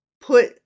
put